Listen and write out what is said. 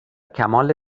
کمال